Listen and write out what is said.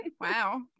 Wow